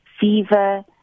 fever